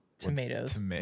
tomatoes